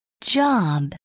Job